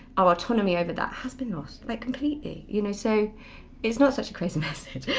our autonomy over that has been lost like completely you know so it's not such a crazy message,